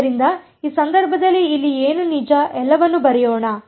ಆದ್ದರಿಂದ ಈ ಸಂದರ್ಭದಲ್ಲಿ ಇಲ್ಲಿ ಏನು ನಿಜ ಎಲ್ಲವನ್ನೂ ಬರೆಯೋಣ